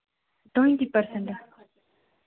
twenty percent